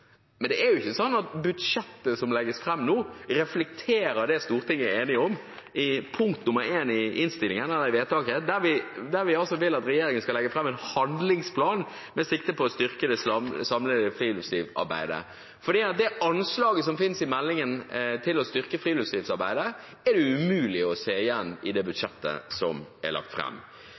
Det er ikke sånn at det budsjettet som er lagt fram nå, reflekterer det Stortinget er enige om. I forslaget til vedtak I ber vi regjeringen «legge fram en handlingsplan med sikte på å styrke det samlede friluftslivsarbeidet». Det anslaget til å styrke friluftslivsarbeidet som finnes i meldingen, er det umulig å se igjen i budsjettet som er lagt